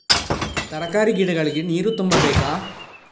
ತರಕಾರಿ ಗಿಡಗಳಿಗೆ ನೀರು ತುಂಬಬೇಕಾ?